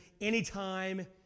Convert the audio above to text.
anytime